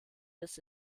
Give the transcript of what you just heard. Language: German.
bis